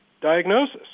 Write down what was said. diagnosis